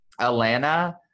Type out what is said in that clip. Alana